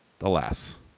alas